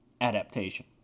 adaptation